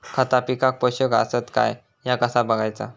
खता पिकाक पोषक आसत काय ह्या कसा बगायचा?